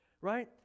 Right